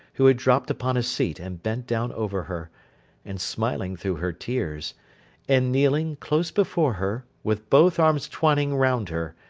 who had dropped upon a seat and bent down over her and smiling through her tears and kneeling, close before her, with both arms twining round her,